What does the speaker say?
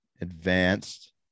Advanced